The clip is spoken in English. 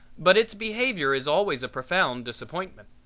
but its behavior is always a profound disappointment.